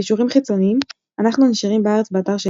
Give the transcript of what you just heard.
קישורים חיצוניים "אנחנו נשארים בארץ" באתר של